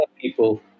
people